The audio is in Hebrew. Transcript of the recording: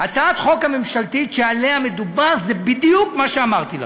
הצעת החוק הממשלתית שעליה מדובר זה בדיוק מה שאמרתי לכם: